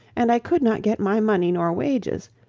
and i could not get my money nor wages,